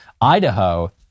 Idaho